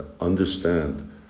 understand